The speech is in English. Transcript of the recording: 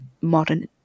modern